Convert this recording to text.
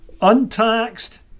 Untaxed